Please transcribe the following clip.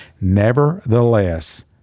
nevertheless